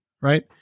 right